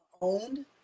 owned